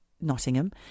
Nottingham